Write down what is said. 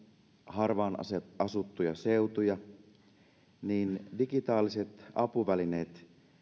harvaan asuttuja seutuja niin digitaaliset apuvälineet